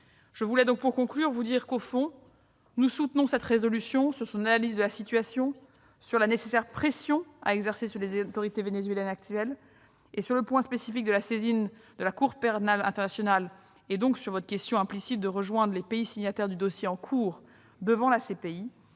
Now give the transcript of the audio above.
Je voulais, pour conclure, vous dire que, au fond, nous soutenons cette résolution sur son analyse de la situation et sur la nécessaire pression à exercer sur les autorités vénézuéliennes actuelles. Sur le point spécifique de la saisine de la Cour pénale internationale- et donc sur votre demande implicite que la France rejoigne les pays signataires du dossier en cours devant la CPI